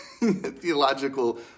theological